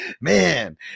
Man